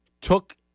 took